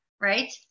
right